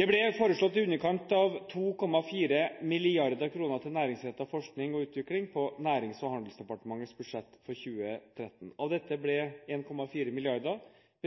Det ble foreslått i underkant av 2,4 mrd. kr til næringsrettet forskning og utvikling på Nærings- og handelsdepartementets budsjett for 2013. Av dette ble 1,4 mrd. kr